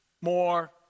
more